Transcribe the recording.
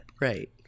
Right